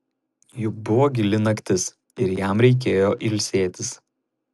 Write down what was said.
juk buvo gili naktis ir jam reikėjo ilsėtis